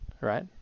right